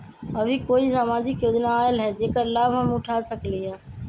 अभी कोई सामाजिक योजना आयल है जेकर लाभ हम उठा सकली ह?